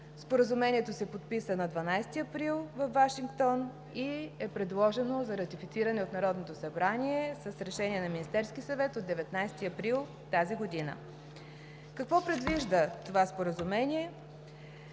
Споразумението бе подписано на 12 април във Вашингтон и е предложено за ратифициране от Народното събрание с Решение на Министерския съвет от 19 април тази година. Какво предвижда това Споразумение?